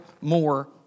more